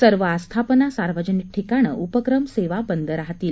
सर्व आस्थापना सार्वजनिक ठिकाणं उपक्रम सेवा बंद राहतील